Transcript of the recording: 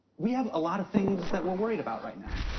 we have a lot of things that we're worried about right now.